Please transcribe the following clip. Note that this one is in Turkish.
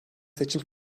seçim